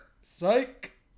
Psych